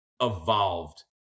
evolved